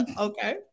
Okay